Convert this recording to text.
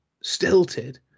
stilted